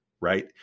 right